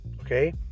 okay